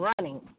running